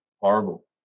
horrible